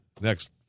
next